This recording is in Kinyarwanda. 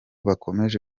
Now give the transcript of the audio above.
bakomeje